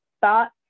thought